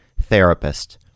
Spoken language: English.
therapist